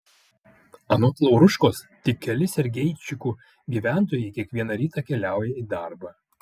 anot lauruškos tik keli sergeičikų gyventojai kiekvieną rytą keliauja į darbą